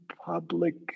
public